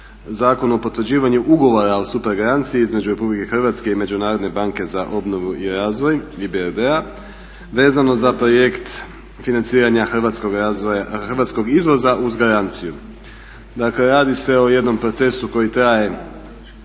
Zakonu o potvrđivanju ugovora o supergaranciji između Republike Hrvatske i Međunarodne banke za obnovu i razvoj IBRD-a vezano za projekt Financiranja hrvatskog izvoza uz garanciju. Dakle radi se o jednom procesu koji traje